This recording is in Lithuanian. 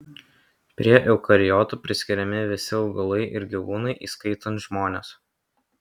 prie eukariotų priskiriami visi augalai ir gyvūnai įskaitant žmones